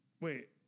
Wait